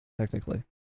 technically